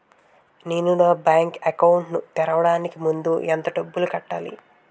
నేను నా bank account తెరవడానికి ముందు ఎంత డబ్బులు కట్టాలి?